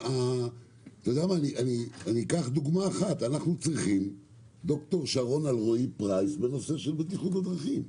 אנחנו צריכים ד"ר שרון אלרעי פרייס בנושא של בטיחות בדרכים.